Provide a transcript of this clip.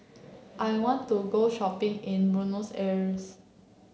I want to go shopping in Buenos Aires